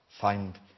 find